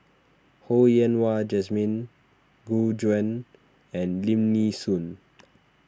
Ho Yen Wah Jesmine Gu Juan and Lim Nee Soon